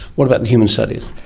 what about the human studies?